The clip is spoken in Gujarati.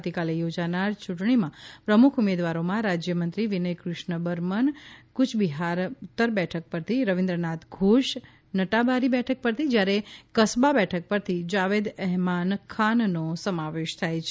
આવતીકાલે યોજાનાર યૂંટણીમાં પ્રમુખ ઉમેદવારોમાં રાજ્યમંત્રી વિનય કૃષ્ણ બર્મન કુયબિહાર ઉત્તર બેઠક પરથી રવિન્દ્રનાથ ધોષ નટાબારી બેઠક પરથી જ્યારે કસબા બેઠક પરથી જાવેદ એહમાન ખાનનો સમાવેશ થાય છે